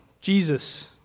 Jesus